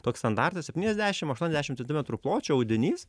toks standartas septyniasdešim aštuoniasdešim centimetrų pločio audinys